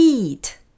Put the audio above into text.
Eat